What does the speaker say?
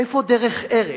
איפה הדרך-ארץ?